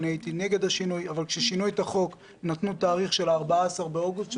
אני הייתי נגד השינוי נקבו בתאריך 14 באוגוסט,